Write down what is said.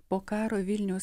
po karo vilniaus